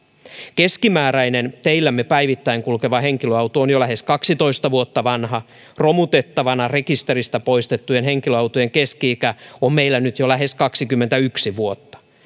keskimääräinen teillämme päivittäin kulkeva henkilöauto on jo lähes kaksitoista vuotta vanha romutettavana rekisteristä poistettujen henkilöautojen keski ikä on meillä nyt jo lähes kaksikymmentäyksi vuotta